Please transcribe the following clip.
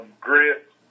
grit